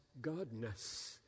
godness